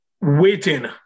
waiting